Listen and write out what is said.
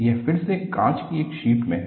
यह फिर से कांच की एक शीट में है